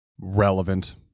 relevant